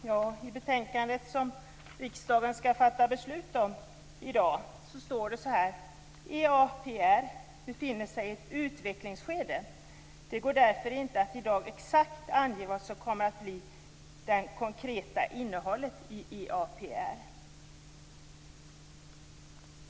I det betänkande som riksdagen skall fatta beslut om i dag står: "EAPR befinner sig i ett utvecklingsskede. Det går därför inte att i dag exakt ange vad som kommer att bli det konkreta innehållet i EAPR.